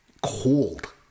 cold